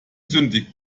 sündigt